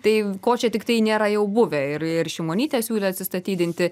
tai ko čia tiktai nėra jau buvę ir ir šimonytė siūlė atsistatydinti